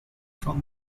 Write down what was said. from